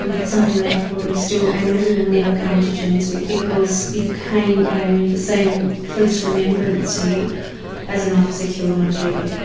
and it's something that i probably still and maybe will never come to terms with because it came in the same police remembrance year as an officer killed on duty.